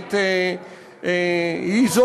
שבאמת היא,